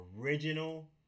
original